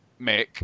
Mick